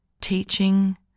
teaching